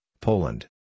Poland